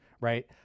right